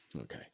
Okay